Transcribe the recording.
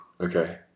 okay